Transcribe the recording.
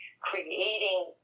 creating